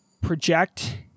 project